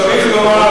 צריך לומר,